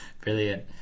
Brilliant